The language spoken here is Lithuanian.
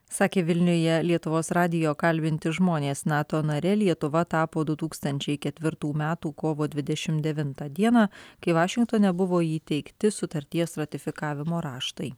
sakė vilniuje lietuvos radijo kalbinti žmonės nato nare lietuva tapo du tūkstančiai ketvirtų metų kovo dvidešimt devintą dieną kai vašingtone buvo įteikti sutarties ratifikavimo raštai